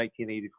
1984